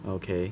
okay